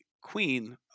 queen